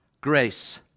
grace